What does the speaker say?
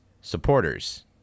supporters